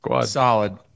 Solid